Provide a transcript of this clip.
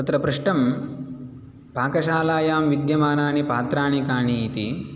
तत्र पृष्ठं पाकशालायां विद्यमानानि पात्राणि कानि इति